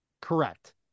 Correct